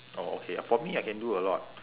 oh okay for me I can do a lot